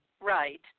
Right